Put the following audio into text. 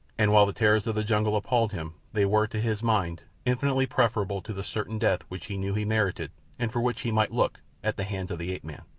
and while the terrors of the jungle appalled him they were, to his mind, infinitely preferable to the certain death which he knew he merited and for which he might look at the hands of the ape-man.